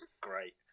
great